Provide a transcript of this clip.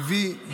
מביא,